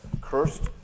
cursed